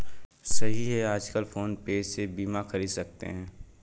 सही है आजकल फ़ोन पे से बीमा ख़रीद सकते हैं